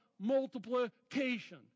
multiplication